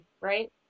right